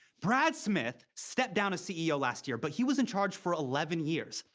brad smith stepped down as ceo last year, but he was in charge for eleven years.